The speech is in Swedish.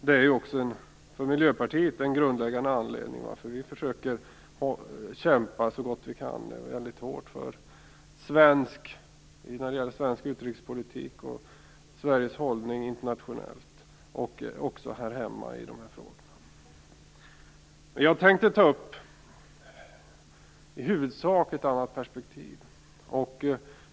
Det är för Miljöpartiet också en grundläggande anledning till att vi försöker kämpa hårt när det gäller svensk utrikespolitik och Sveriges hållning internationellt och även här hemma i dessa frågor. Jag tänkte i huvudsak ta upp ett annat perspektiv.